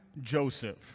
Joseph